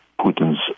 Putin's